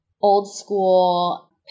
old-school